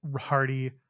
Hardy